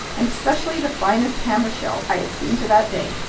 and especially the finest hammer shells i had seen to that day.